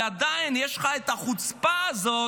ועדיין יש לך את החוצפה הזאת